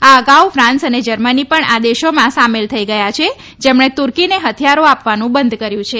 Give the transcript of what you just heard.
આ અગાઉ ફાંસ અને જર્મની પણ આ દેશોમાં સામેલ થઈ ગયા છે જેમણે તુર્કીને હથિયારો આપવાનું બંધ કર્યું છે